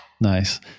Nice